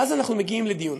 ואז אנחנו מגיעים לדיון.